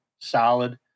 solid